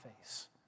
face